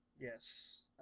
Yes